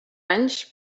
anys